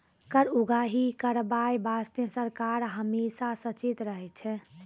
कर उगाही करबाय बासतें सरकार हमेसा सचेत रहै छै